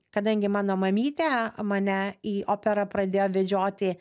kadangi mano mamytė mane į operą pradėjo vedžioti